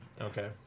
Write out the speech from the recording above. Okay